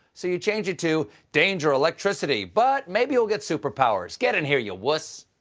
so you change it to danger electricity but maybe you'll get super powers. get in here, you wuss!